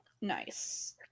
nice